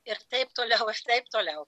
ir taip toliau taip toliau